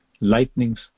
lightnings